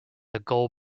gall